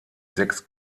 sechs